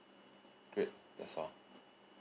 great that's all